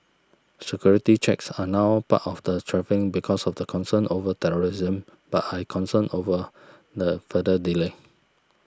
security checks are now part of the travelling because of the concerns over terrorism but I concerned over the further delay